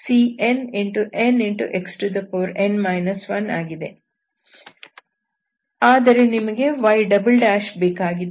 ಆದರೆ ನಿಮಗೆ y ಬೇಕಾಗಿದೆ